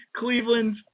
Cleveland